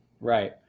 right